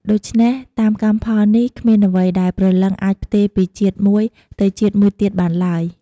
ដូច្នេះ តាមកម្មផលនេះ គ្មានអ្វីដែលព្រលឹងអាចផ្ទេរពីជាតិមួយទៅជាតិមួយទៀតបានឡើយ។